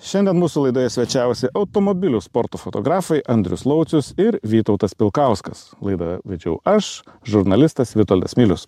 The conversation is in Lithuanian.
šiandien mūsų laidoje svečiavosi automobilių sporto fotografai andrius laucius ir vytautas pilkauskas laidą vedžiau aš žurnalistas vitoldas milius